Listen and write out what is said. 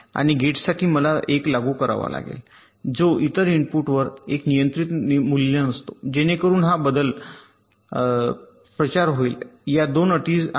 आणि गेटसाठी मला 1 लागू करावा लागेल जो इतर इनपुटवर एक नियंत्रित मूल्य नसतो जेणेकरून हा बदल प्रचार होईल या 2 अटी आहेत